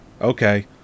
Okay